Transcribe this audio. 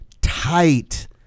tight